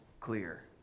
clear